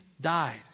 died